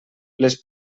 les